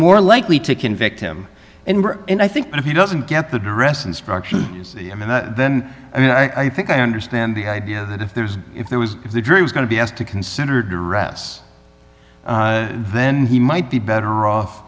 more likely to convict him and i think if he doesn't get the duress instruction then i mean i think i understand the idea that if there's if there was if the jury was going to be asked to considered arrests then he might be better off